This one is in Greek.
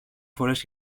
φορές